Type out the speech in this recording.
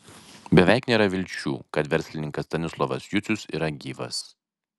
beveik nėra vilčių kad verslininkas stanislovas jucius yra gyvas